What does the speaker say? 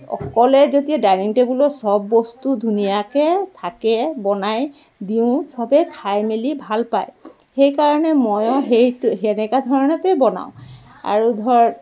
অকলে যেতিয়া ডাইনিং টেবুলৰ চব বস্তু ধুনীয়াকৈ থাকে বনাই দিওঁ চবেই খাই মেলি ভাল পায় সেইকাৰণে ময়ো সেই তেনেকা ধৰণতে বনাওঁ আৰু ধৰ